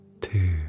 two